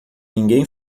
ninguém